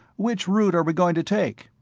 which route are we going to take?